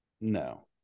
no